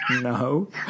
No